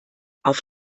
auf